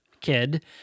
Kid